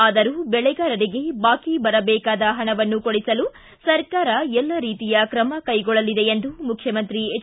ಆದರೂ ಬೆಳೆಗಾರರಿಗೆ ಬಾಕಿ ಬರಬೇಕಾದ ಹಣವನ್ನು ಕೊಡಿಸಲು ಸರ್ಕಾರ ಎಲ್ಲ ರೀತಿಯ ತ್ರಮ ಕೈಗೊಳ್ಳಲಿದೆ ಎಂದು ಮುಖ್ಯಮಂತ್ರಿ ಎಚ್